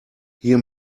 hier